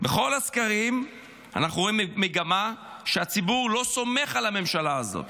בכל הסקרים אנחנו רואים מגמה שהציבור לא סומך על הממשלה הזאת,